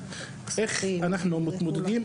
איך אנחנו מתמודדים?